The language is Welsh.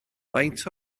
faint